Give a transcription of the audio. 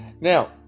Now